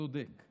צודק.